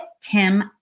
Tim